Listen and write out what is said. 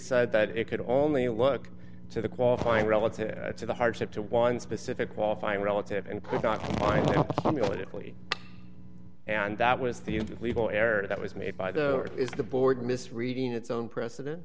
said that it could only look to the qualifying relative to the hardship to one specific qualifying relative and could not militarily and that was the legal error that was made by the is the board misreading its own precedent